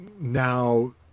now